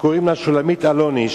שקוראים לה שולמית אלוני,